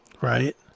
Right